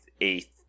eighth